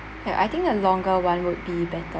yup I think the longer one would be better